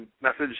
message